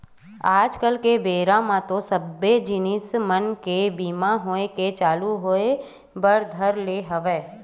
आज कल के बेरा म तो सबे जिनिस मन के बीमा होय के चालू होय बर धर ले हवय